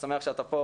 אני שמח שאתה כאן.